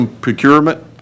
procurement